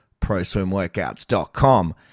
proswimworkouts.com